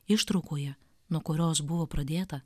ištraukoje nuo kurios buvo pradėta